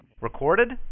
Recorded